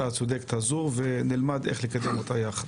הצודקת הזו ונלמד איך לקדם אותה יחד.